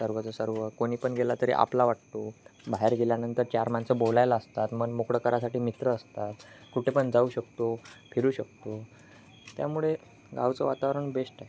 सर्वचा सर्व कोणी पण गेला तरी आपला वाटतो बाहेर गेल्यानंतर चार माणसं बोलायला असतात मन मोकळं करायसाठी मित्र असतात कुठे पण जाऊ शकतो फिरू शकतो त्यामुळे गावचं वातावरण बेस्ट आहे